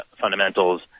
fundamentals